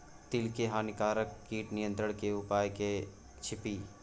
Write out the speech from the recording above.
तिल के हानिकारक कीट नियंत्रण के उपाय की छिये?